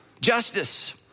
Justice